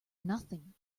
nothing